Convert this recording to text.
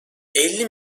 elli